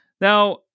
Now